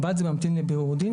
מב"ד זה ממתין לבירור דין,